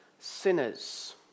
sinners